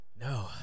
No